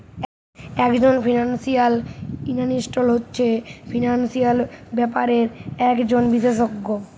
একজন financial analyst হচ্ছে financial ব্যাপারে একজন বিশেষজ্ঞ